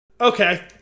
Okay